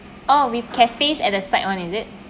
oh with cafes at the side [one] is it